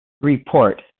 report